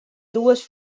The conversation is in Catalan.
dues